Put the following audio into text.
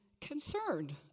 concerned